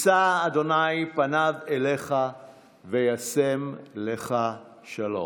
ישא ה' פניו אליך וישם לך שלום.